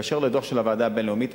באשר לדוח של הוועדה הבין-לאומית,